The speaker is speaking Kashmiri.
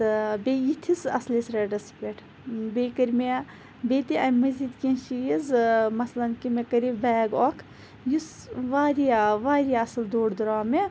تہٕ بیٚیہِ یِتھِس اَصلِس ریٹَس پٮ۪ٹھ بیٚیہِ کٔر مےٚ بیٚیہِ تہِ امہِ مَزیٖد کینٛہہ چیٖز مَثلاً کہِ مےٚ کَرے بیگ اکھ یُس واریاہ واریاہ اَصل دوٚر دوٚر آو مےٚ